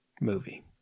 movie